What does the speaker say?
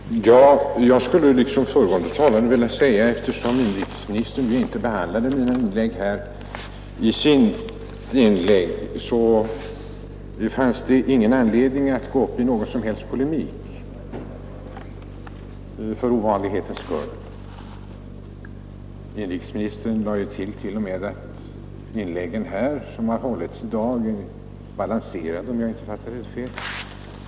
Herr talman! Jag skulle liksom föregående talare vilja säga att eftersom inrikesministern här inte bemötte vad jag anförde i sitt inlägg så finns det ingen anledning att gå in i någon som helst polemik — för ovanlighetens skull. Inrikesministern lade t.o.m. till att inläggen här i dag har varit balanserade, om jag inte fattade fel.